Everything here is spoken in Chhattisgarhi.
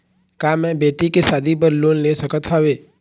का मैं बेटी के शादी बर लोन ले सकत हावे?